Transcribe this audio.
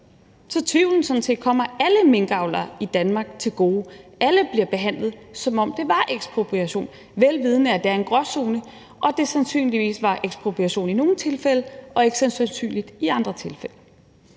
så tvivlen sådan set kommer alle minkavlere i Danmark til gode. Alle bliver behandlet, som om det var ekspropriation, vel vidende at der er en gråzone, og at der sandsynligvis var tale om ekspropriation i nogle tilfælde, men at det er sandsynligt, at der